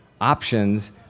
options